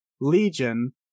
Legion